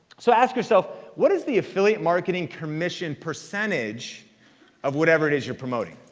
so ask yourself, what is the affiliate marketing commission percentage of whatever it is you're promoting.